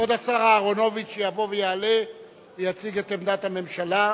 כבוד השר אהרונוביץ יבוא ויעלה ויציג את עמדת הממשלה.